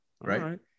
right